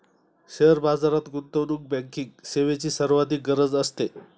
share बाजारात गुंतवणूक banking सेवेची सर्वाधिक गरज असते